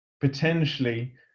potentially